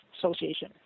association